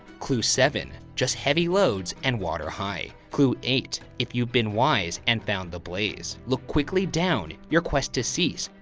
clue seven, just heavy loads and water high. clue eight, if you've been wise and found the blaze, look quickly down, your quest to cease.